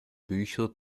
bücher